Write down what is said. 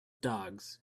dogs